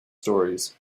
stories